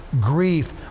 grief